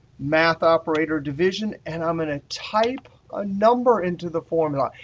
math operator, division, and i'm going to type a number into the formula.